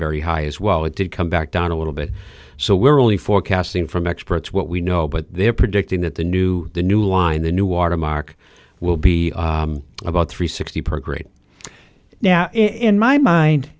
very high as well it did come back down a little bit so we're only forecasting from experts what we know but they're predicting that the new the new line the new watermark will be about three sixty per grade now in my mind